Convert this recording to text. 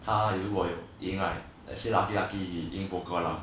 他如果有赢 right let's say lucky lucky he 赢 in poker lah